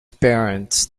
parents